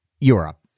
Europe